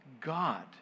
God